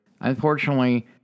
Unfortunately